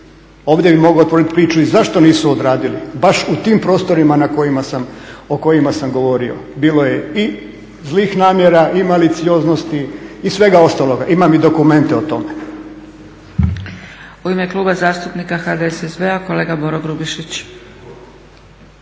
Ovdje bih mogao otvoriti priču i zašto nisu odradili, baš u tim prostorima na kojima sam, o kojima sam govorio, bilo je i zlih namjera, i malicioznosti i svega ostaloga, imam i dokumente o tome.